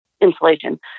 insulation